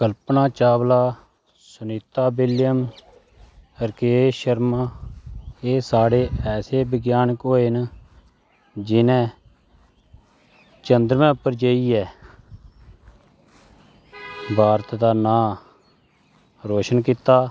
कल्पना Chawla Sunita William Rakesh Sharma एह् साढ़े ऐसे वैज्ञानिक होये न जिनें चंद्रमां पर जाइयै भारत दा नांऽ रोशन कीता